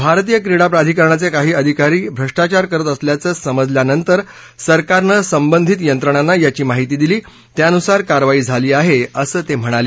भारतीय क्रीडा प्राधिकरणाचे काही आधिकारी भ्रष्टाचार करत असल्याचं समजल्यानंतर सरकारनं संबधित यंत्रणांना याची माहिती दिली त्यानुसार कारवाई झाली आहे असं ते म्हणाले